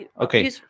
Okay